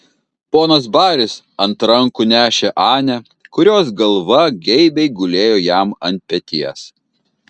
ponas baris ant rankų nešė anę kurios galva geibiai gulėjo jam ant peties